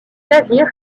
navires